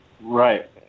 Right